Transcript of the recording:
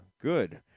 Good